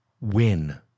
win